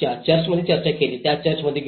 ज्या चर्चमध्ये चर्चा केली त्या चर्चमध्ये गेलो